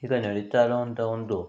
ಈಗ ನಡಿತಾ ಇರುವಂಥ ಒಂದು